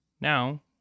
Now